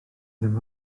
ddim